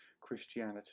Christianity